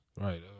Right